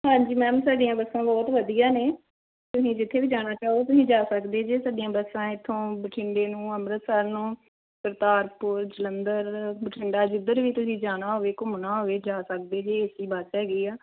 ਹਾਂਜੀ ਮੈਮ ਸਾਡੀਆਂ ਬੱਸਾਂ ਬਹੁਤ ਵਧੀਆ ਨੇ ਤੁਸੀਂ ਜਿੱਥੇ ਵੀ ਜਾਣਾ ਚਾਹੋ ਤੁਸੀਂ ਜਾ ਸਕਦੇ ਜੇ ਸਾਡੀਆਂ ਬੱਸਾਂ ਇੱਥੋਂ ਬਠਿੰਡੇ ਨੂੰ ਅੰਮ੍ਰਿਤਸਰ ਨੂੰ ਕਰਤਾਰਪੁਰ ਜਲੰਧਰ ਬਠਿੰਡਾ ਜਿੱਧਰ ਵੀ ਤੁਸੀਂ ਜਾਣਾ ਹੋਵੇ ਘੁੰਮਣਾ ਹੋਵੇ ਜਾ ਸਕਦੇ ਜੇ ਏ ਸੀ ਬੱਸ ਹੈਗੀ ਆ